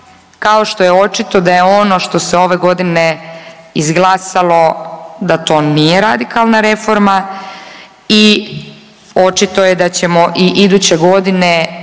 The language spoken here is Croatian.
kao što je očito da je ono što se ove godine izglasalo da to nije radikalna reforma i očito je da ćemo i iduće godine čitati